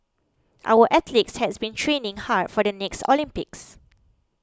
our athletes has been training hard for the next Olympics